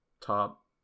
top